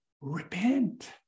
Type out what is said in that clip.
repent